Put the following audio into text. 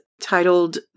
titled